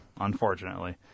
unfortunately